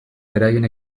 beraien